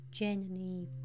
Gently